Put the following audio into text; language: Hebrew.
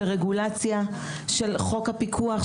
ברגולציה של חוק הפיקוח,